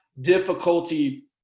difficulty